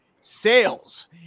sales